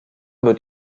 wird